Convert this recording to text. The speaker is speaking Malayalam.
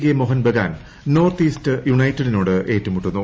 K Mohun Bagan North East യുണൈറ്റഡിനോട് ഏറ്റുമുട്ടുന്നു